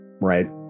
Right